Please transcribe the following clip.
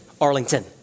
Arlington